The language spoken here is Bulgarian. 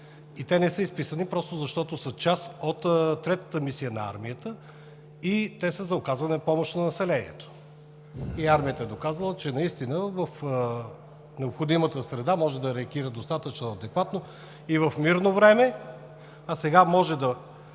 Не са изписани, защото са част от третата мисия на армията и те са за оказване помощ на населението. Армията е доказала, че в необходимата среда може да реагира достатъчно адекватно и в мирно време, а сега може да